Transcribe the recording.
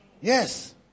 Yes